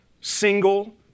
single